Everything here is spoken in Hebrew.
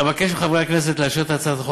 אבקש מחברי הכנסת לאשר את הצעת החוק